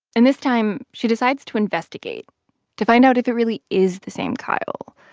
and this time, she decides to investigate to find out if it really is the same kyle.